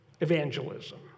evangelism